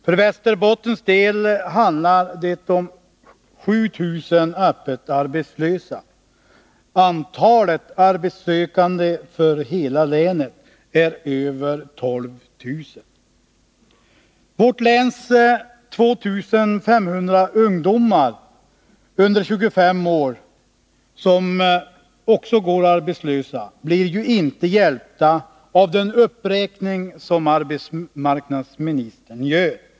För Västerbottens del handlar det om 7 000 öppet arbetslösa — antalet arbetssökande i länet är över 12 000. Vårt läns 2 500 ungdomar under 25 år som går arbetslösa blir inte hjälpta av den uppräkning som arbetsmarknadsministern gör.